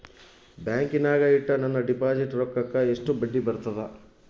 ಬ್ಯಾಂಕಿನಾಗ ಇಟ್ಟ ನನ್ನ ಡಿಪಾಸಿಟ್ ರೊಕ್ಕಕ್ಕ ಎಷ್ಟು ಬಡ್ಡಿ ಬರ್ತದ?